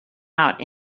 out